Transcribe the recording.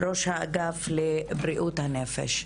ראש האגף לבריאות הנפש.